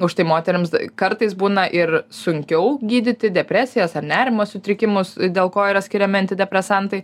už tai moterims kartais būna ir sunkiau gydyti depresijas ar nerimo sutrikimus dėl ko yra skiriami antidepresantai